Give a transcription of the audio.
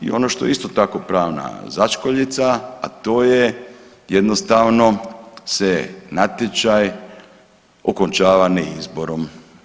I ono što je isto tako pravna začkoljica, a to je jednostavno se natječaj okončava na izborom.